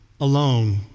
alone